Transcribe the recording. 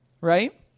right